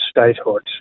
statehood